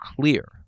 clear